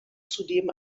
zudem